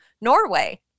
Norway